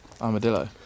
Armadillo